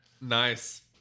Nice